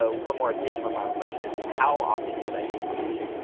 so one more additional final question is how often should i be publishing.